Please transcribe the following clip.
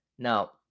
Now